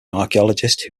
archaeologist